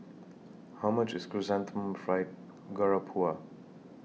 How much IS Chrysanthemum Fried Garoupa